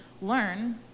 learn